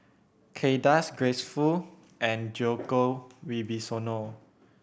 Kay Das Grace Fu and Djoko Wibisono